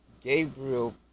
Gabriel